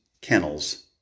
kennels